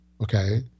Okay